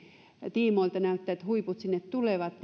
tiimoilta näyttää siltä että huiput tulevat